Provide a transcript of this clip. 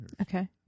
Okay